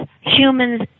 humans